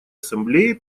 ассамблеи